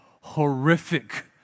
horrific